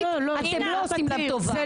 אתם לא עושים לה טובה.